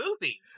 movie